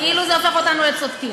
כאילו זה הופך אותנו לצודקים.